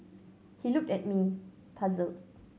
he looked at me puzzled